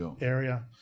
area